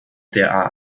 der